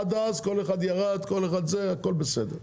עד אז כל אחד ירד, הכל בסדר.